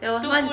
there was one